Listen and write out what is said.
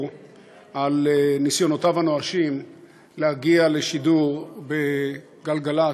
על ניסיונותיו הנואשים להגיע לשידור ב"גלגל"צ",